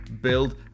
build